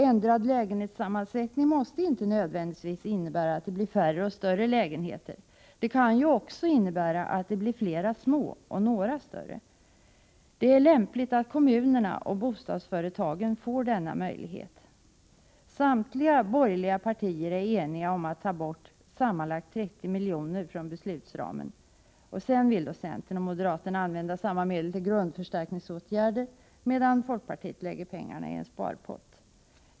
Ändrad lägenhetssammansättning måste inte nödvändigtvis innebära att det blir färre och större lägenheter. Det kan ju också innebära att det blir flera små och några större. Det är lämpligt att kommunerna och bostadsföretagen får denna möjlighet. Samtliga borgerliga partier är eniga om att ta bort sammanlagt 30 milj. från beslutsramen. Centern och moderaterna vill använda dessa medel till grundförstärkningsåtgärder medan folkpartiet lägger pengarna i en sparpott.